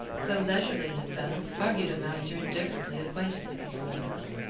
so leisurely an advance argued a master indifferently acquainted with these waters,